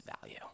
value